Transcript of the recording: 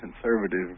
conservative